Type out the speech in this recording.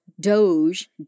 Doge